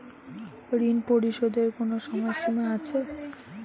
ঋণ পরিশোধের কোনো সময় সীমা আছে?